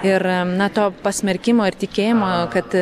ir na to pasmerkimo ir tikėjimo kad